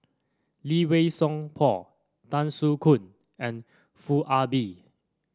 Lee Wei Song Paul Tan Soo Khoon and Foo Ah Bee